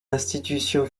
institution